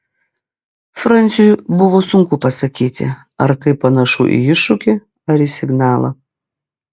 franciui buvo sunku pasakyti ar tai panašu į iššūkį ar į signalą